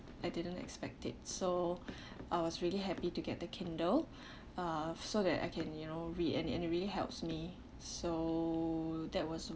I didn't expect it so I was really happy to get the kindle uh so that I can you know read and and it really helps me so that was